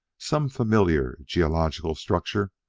some familiar geological structure,